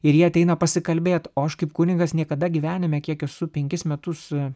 ir jie ateina pasikalbėt o aš kaip kunigas niekada gyvenime kiek esu penkis metus